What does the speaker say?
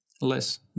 less